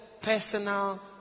personal